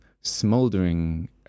smoldering